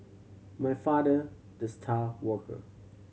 my father the star worker